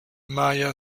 maya